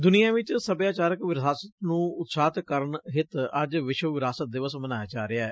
ਦੁਨੀਆਂ ਵਿਚ ਸਭਿਆਚਾਰਕ ਵਿਰਾਸਤ ਨੂੰ ਉਤਸ਼ਾਹਿਤ ਕਰਨ ਹਿੱਤ ਅੱਜ ਵਿਸ਼ਵ ਵਿਰਾਸਤ ਦਿਵਸ ਮਨਾਇਆ ਜਾ ਰਿਹੈ